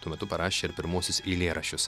tuo metu parašė ir pirmuosius eilėraščius